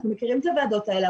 אנחנו מכירים את הוועדות האלה.